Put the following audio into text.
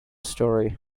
story